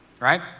right